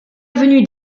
avenue